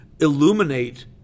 illuminate